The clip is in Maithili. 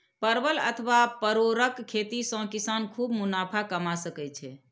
परवल अथवा परोरक खेती सं किसान खूब मुनाफा कमा सकै छै